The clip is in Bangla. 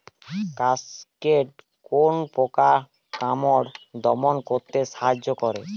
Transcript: কাসকেড কোন পোকা মাকড় দমন করতে সাহায্য করে?